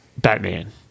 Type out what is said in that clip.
Batman